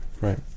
Right